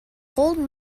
cold